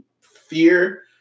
fear